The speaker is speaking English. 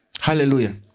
Hallelujah